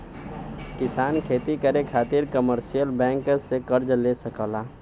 किसान खेती करे खातिर कमर्शियल बैंक से कर्ज ले सकला